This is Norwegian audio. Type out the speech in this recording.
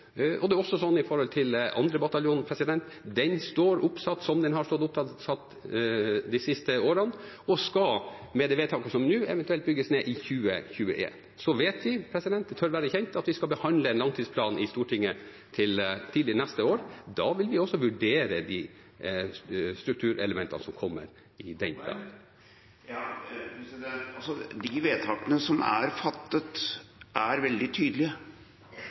det gjelder 2. bataljon, står den oppsatt som den har stått oppsatt de siste årene, og skal, med det vedtaket som er nå, eventuelt bygges ned i 2021. Så vet vi – det tør være kjent – at vi skal behandle en langtidsplan i Stortinget tidlig neste år. Da vil vi også vurdere de strukturelementene som kommer i den. De vedtakene som er fattet, er veldig tydelige.